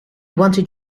wanted